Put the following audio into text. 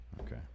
Okay